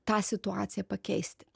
tą situaciją pakeisti